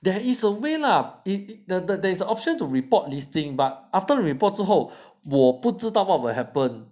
there is a way lah there is an option to report this thing but after reported 后我不知道 what will happen